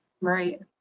Right